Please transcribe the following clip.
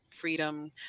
freedom